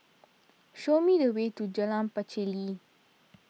show me the way to Jalan Pacheli